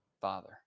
Father